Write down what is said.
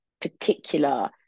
particular